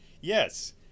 yes